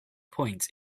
point